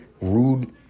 rude